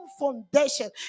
Foundation